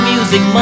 Music